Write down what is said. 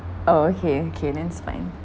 oh okay okay then it's fine